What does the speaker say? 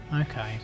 okay